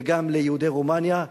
וגם ליהודי רומניה,